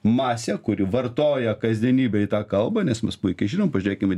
masė kuri vartoja kasdienybėj tą kalbą nes mes puikiai žinom pažiūrėkim į